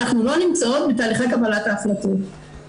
אנחנו לא נמצאות בתהליכי קבלת ההחלטות.